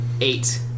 Eight